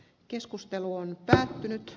keskustelu on päättynyt